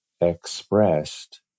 expressed